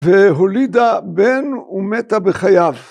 ‫והולידה בן ומתה בחייו.